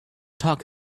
talk